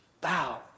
bow